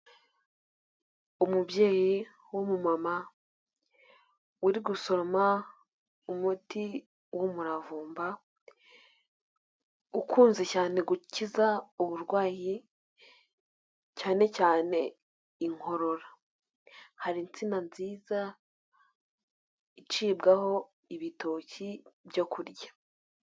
Umubyeyi w'umu mama uri gusoroma umuti w'umuravumba ukunze cyane gukiza uburwayi cyane cyane inkorora, hari insina nziza icibwaho ibitoki byo kurya.